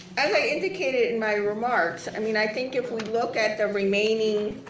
as i indicated in my remarks. i mean i think if we look at the remaining.